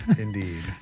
Indeed